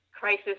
crisis